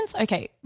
Okay